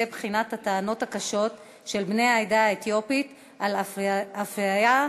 הטענות הקשות של בני העדה האתיופית על אפליה,